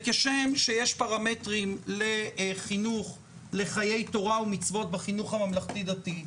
וכשם שיש פרמטרים לחינוך לחיי תורה ומצוות בחינוך הממלכתי-דתי,